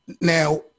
Now